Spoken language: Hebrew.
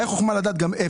החוכמה היא גם לדעת איפה.